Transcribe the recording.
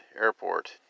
Airport